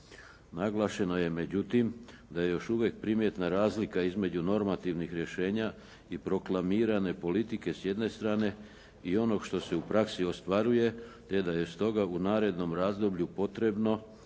Naglašeno je međutim da je još uvijek primjetna razlika između normativnih rješenja i proklamirane politike s jedne strane i onoga što se u praksi ostvaruje te da je stoga u narednom razdoblju potrebno